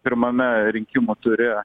pirmame rinkimų ture